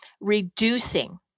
reducing